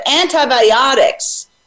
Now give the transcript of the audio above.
antibiotics